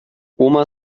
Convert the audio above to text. oma